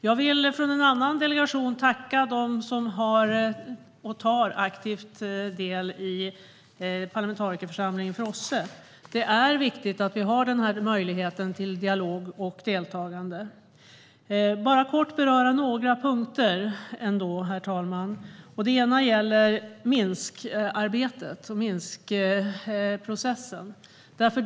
Jag vill som representant för en annan delegation tacka dem som är och har varit aktiva i parlamentarikerförsamlingen OSSE. Det är viktigt att vi har denna möjlighet till dialog och deltagande. Jag ska bara kort beröra några punkter, herr talman. En av dem gäller Minskarbetet och Minskprocessen.